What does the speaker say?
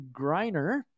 Griner